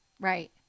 right